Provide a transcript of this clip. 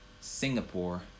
Singapore